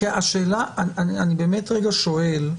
אני באמת שואל.